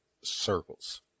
circles